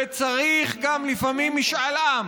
וצריך לפעמים גם משאל עם.